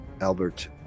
Albert